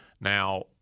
Now